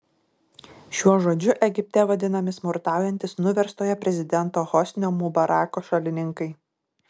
šiuo žodžiu egipte vadinami smurtaujantys nuverstojo prezidento hosnio mubarako šalininkai